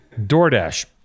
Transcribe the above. DoorDash